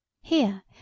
Here